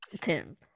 Tim